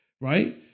right